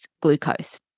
glucose